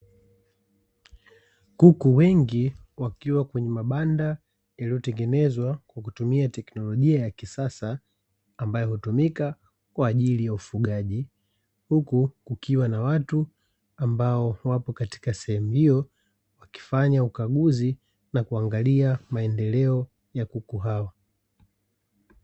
Kuku wengi wakiwa kwenye mabanda yaliyotengenezwa kwa kutumia teknolojia ya kisasa, ambayo hutumika kwa ajili ya ufugaji huku kukiwa na watu ambao wapo katika sehemu hiyo wakifanya ukaguzi na kuangalia maendeleo ya kuku hao.